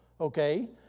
okay